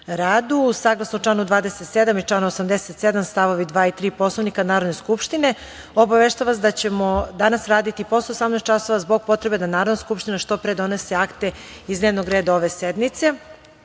radu. Saglasno članu 27. i članu 87. stavovi 2. i 3. Poslovnika Narodne skupštine, obaveštavam vas da ćemo danas raditi i posle 18.00 časova zbog potrebe da Narodna skupština što pre donese akte iz dnevnog reda ove sednice. Da